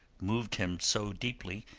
moved him so deeply,